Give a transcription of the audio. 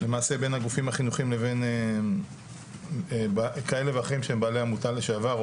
למעשה בין הגופים החינוכיים לבין כאלה ואחרים שהם בעלי עמותה לשעבר,